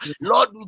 Lord